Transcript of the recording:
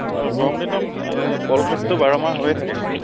অ' গৰম দিনত মান কল খেতিটো বাৰ মাহ হৈয়ে থাকে